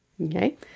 Okay